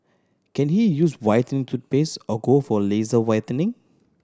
can he use whitening toothpaste or go for laser whitening